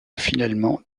finalement